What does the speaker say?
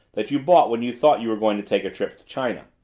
that you bought when you thought you were going to take a trip to china.